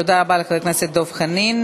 תודה רבה לחבר הכנסת דב חנין.